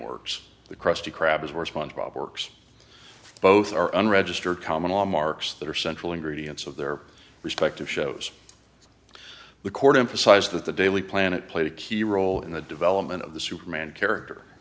works the krusty krab is where sponge bob works both are unregistered common law marks that are central ingredients of their respective shows the court emphasized that the daily planet played a key role in the development of the superman character